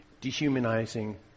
dehumanizing